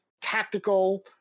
tactical